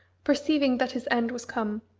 perceiving that his end was come,